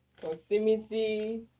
Proximity